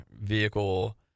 vehicle